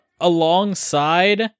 alongside